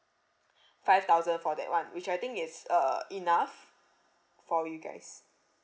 five thousand for that [one] which I think is uh enough for you guys